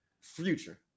Future